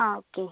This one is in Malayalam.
ആ ഓക്കേ